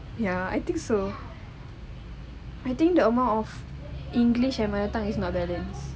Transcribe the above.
ya I think so I think the amount of english and mother tongue is not balance